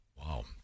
Wow